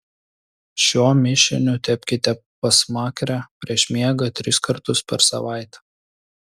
šiuo mišiniu tepkite pasmakrę prieš miegą tris kartus per savaitę